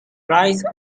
rides